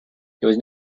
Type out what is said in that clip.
there